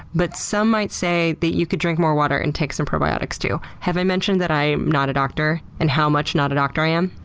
but some might say that you could drink more water and take some probiotics, too. have i mentioned that i'm not a doctor, and how much not a doctor i am?